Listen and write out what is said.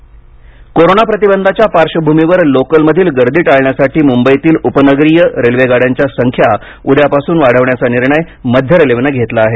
local corona प्रतिबंधाच्या पार्श्वभ्मीवर लोकलमधील गर्दी टाळण्यासाठी मुंबईतील उपनगरीय रेल्वेगाड्यांच्या संख्या उद्यापासून वाढवण्याचा निर्णय मध्य रेल्वेनं घेतला आहे